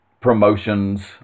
promotions